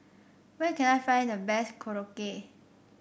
where can I find the best Korokke